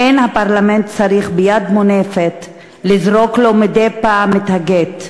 אין הפרלמנט צריך ביד מונפת / לזרוק לו מדי פעם את הגט.